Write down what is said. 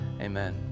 Amen